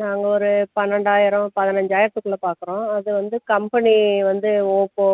நாங்கள் ஒரு பன்னெண்டாயிரம் பதினஞ்சாயிரத்துக்குள்ள பார்க்குறோம் அது வந்து கம்பெனி வந்து ஓப்போ